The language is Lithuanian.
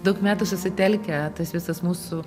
daug metų susitelkę tas visas mūsų